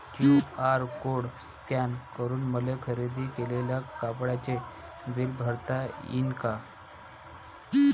QR code scan करून मले खरेदी केलेल्या कापडाचे बिल भरता यीन का?